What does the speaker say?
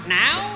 now